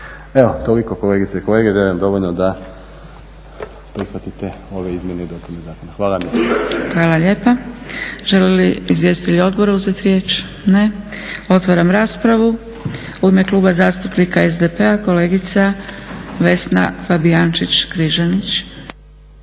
Evo, toliko kolegice i kolege. Vjerujem dovoljno da prihvatite ove izmjene i dopunu zakona. Hvala vam lijepa. **Zgrebec, Dragica (SDP)** Hvala lijepa. Žele li izvjestitelji odbora uzeti riječ? Ne. Otvaram raspravu. U ime Kluba zastupnika SDP-a kolegica Vesna Fabijančić-Križanić.